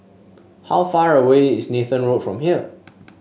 how far away is Nathan Road from here